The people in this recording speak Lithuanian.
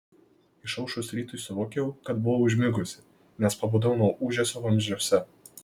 išaušus rytui suvokiau kad buvau užmigusi nes pabudau nuo ūžesio vamzdžiuose